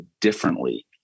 differently